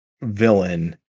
villain